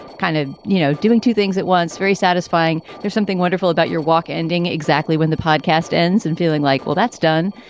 kind of, you know, doing two things at once. very satisfying. there's something wonderful about your walk ending exactly when the podcast ends and feeling like, well, that's done.